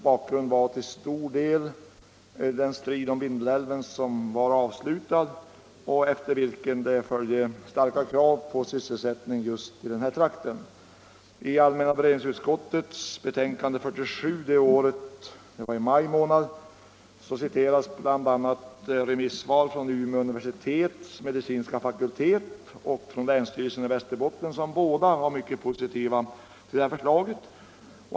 Bakgrunden var till största delen den strid om Vindelälven som nyss var avslutad och efter vilken det följde starka krav på sysselsättning i trakten. I allmänna beredningsutskottets utlåtande nr 47, som kom i maj samma år, citerades remissvar från bl.a. Umeå universitets medicinska fakultet och länsstyrelsen i Västerbottens län, som båda var mycket positiva till förslaget.